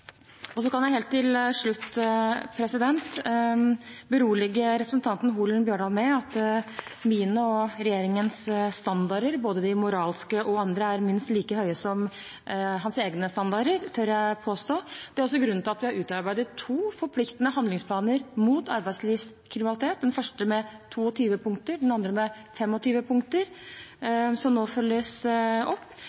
Helt til slutt kan jeg berolige representanten Holen Bjørdal med at mine og regjeringens standarder, både de moralske og andre, er minst like høye som hans egne standarder. Det tør jeg påstå. Det er også grunnen til at vi har utarbeidet to forpliktende handlingsplaner mot arbeidslivskriminalitet – den første med 22 punkter, den andre med 25 punkter.